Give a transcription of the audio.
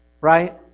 Right